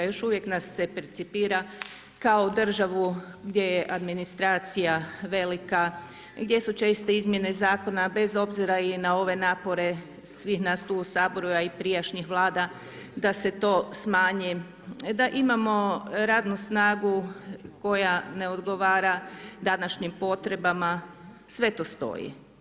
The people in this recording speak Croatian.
Još uvijek nas se percipira kao državu gdje je administracija velika, gdje su česte izmjene zakona bez obzira i na ove napore svih nas tu u Saboru a i prijašnjih Vlada da se to smanji, da imamo radnu snagu koja ne odgovara današnjim potrebama, sve to stoji.